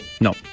no